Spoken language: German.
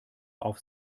auf